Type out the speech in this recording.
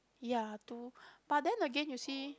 ya two but then again you see